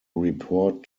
report